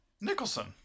Nicholson